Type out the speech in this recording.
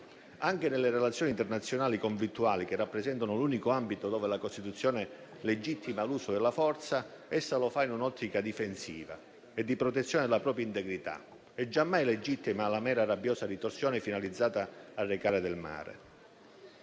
Anche nelle relazioni internazionali conflittuali, che rappresentano l'unico ambito in cui la Costituzione legittima l'uso della forza, lo fa in un'ottica difensiva e di protezione della propria integrità e giammai legittima la mera rabbiosa ritorsione finalizzata ad arrecare del male.